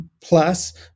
plus